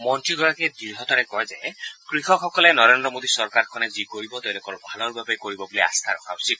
মন্ত্ৰীগৰাকীয়ে দৃঢ়তাৰে কয় যে কৃষকসকলে নৰেন্দ্ৰ মোদী চৰকাৰখনে যি কৰিব তেওঁলোকৰ ভালৰ বাবেই কৰিব বুলি আস্থা ৰখা উচিত